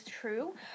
true